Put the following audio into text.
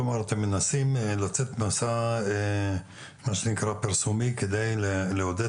אתם מנסים לצאת למסע פרסומי כדי לעודד